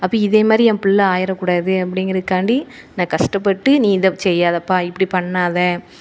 அப்போ இதேமாதிரி என் பிள்ள ஆகிறக்கூடாது அப்படிங்கிறதுக்காண்டி நான் கஷ்டப்பட்டு நீ இதை செய்யாதப்பா இப்படி பண்ணாதே